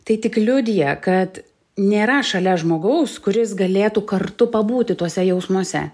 tai tik liudija kad nėra šalia žmogaus kuris galėtų kartu pabūti tuose jausmuose